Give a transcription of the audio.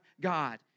God